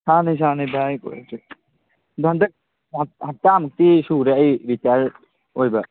ꯁꯥꯟꯅꯩ ꯁꯥꯟꯅꯩ ꯚꯥꯏ ꯑꯩꯈꯣꯏ ꯍꯧꯖꯤꯛ ꯑꯗꯨ ꯍꯟꯗꯛ ꯍꯞꯇꯥꯃꯨꯛꯇꯤ ꯁꯨꯔꯦ ꯑꯩ ꯔꯤꯇ꯭ꯌꯥꯔ ꯑꯣꯏꯕ